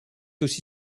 aussi